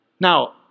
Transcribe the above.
Now